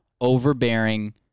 overbearing